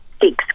six